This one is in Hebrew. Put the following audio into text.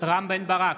רם בן ברק,